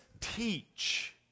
Teach